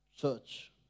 church